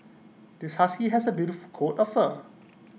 this husky has A beautiful coat of fur